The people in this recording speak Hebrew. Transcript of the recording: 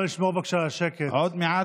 מאת